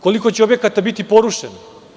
Koliko će objekata biti porušeno?